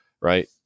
Right